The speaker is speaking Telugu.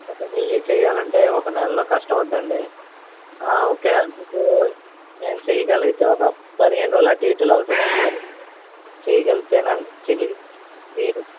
కాకపోతే మీవే చేయాలంటే ఒక నెలలో కష్టం అవుతుండండి ఒకవేళ మీకు నేను చేయగలిగితే ఒక పదిహేను రోజులు అటు ఇటులో అవుతుందండి మరి చేయగలిగితేనండి మీరూ